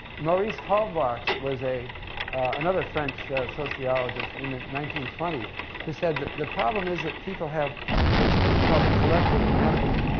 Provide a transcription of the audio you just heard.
maurice halbwachs was another french sociologist in the nineteen twenty s who said that the problem is that people have what's, he called, a collective memory.